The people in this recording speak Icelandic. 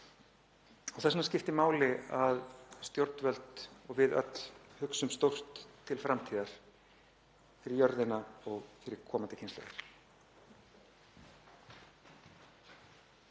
vegna skiptir máli að stjórnvöld og við öll hugsum stórt til framtíðar, fyrir jörðina og fyrir komandi kynslóðir.